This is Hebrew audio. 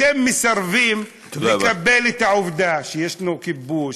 אתם מסרבים לקבל את העובדה שישנו כיבוש,